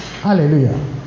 Hallelujah